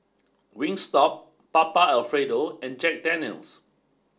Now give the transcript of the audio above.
Wingstop Papa Alfredo and Jack Daniel's